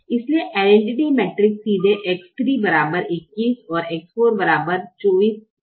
इसलिए identity matrix सीधे X3 21 X4 24 एक ही समाधान देता है